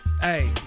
Hey